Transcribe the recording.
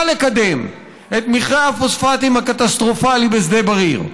לקדם את מכרה הפוספטים הקטסטרופלי בשדה בריר.